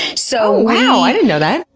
and so wow, i didn't know that.